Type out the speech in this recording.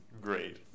great